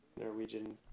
Norwegian